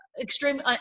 Extreme